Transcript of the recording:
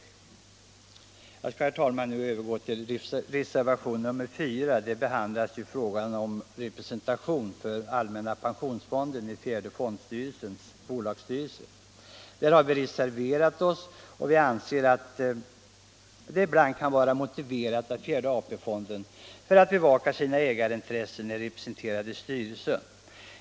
Jag skall nu, herr talman, gå över till reservationen 4, som behandlar frågan om representation för allmänna pensionsfondens fjärde fondstyrelse i bolagsstyrelse. Vi reservanter anser att det ibland kan vara motiverat att fjärde AP-fonden för att bevaka sina ägarintressen är representerad i styrelsen.